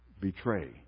betray